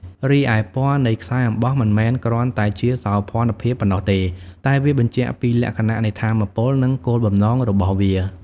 រីឯ ពណ៌នៃខ្សែអំបោះមិនមែនគ្រាន់តែជាសោភ័ណភាពប៉ុណ្ណោះទេ តែវាបញ្ជាក់ពី លក្ខណៈនៃថាមពល និងគោលបំណង របស់វា។